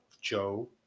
Joe